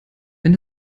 wenn